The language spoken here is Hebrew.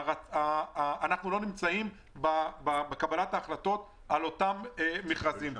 אנחנו לא נמצאים בקבלת ההחלטות על אותם מכרזים.